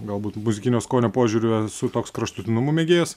galbūt muzikinio skonio požiūriu esu toks kraštutinumų mėgėjas